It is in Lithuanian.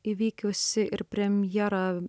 įvykiusi ir premjera